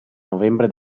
novembre